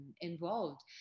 involved